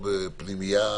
אני לא ממליץ על זה.